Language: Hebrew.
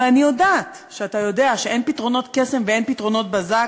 ואני יודעת שאתה יודע שאין פתרונות קסם ואין פתרונות בזק.